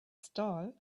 stall